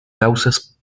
causas